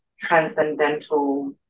transcendental